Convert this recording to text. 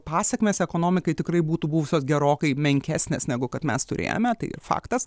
pasekmės ekonomikai tikrai būtų buvusios gerokai menkesnės negu kad mes turėjome tai faktas